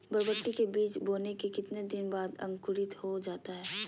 बरबटी के बीज बोने के कितने दिन बाद अंकुरित हो जाता है?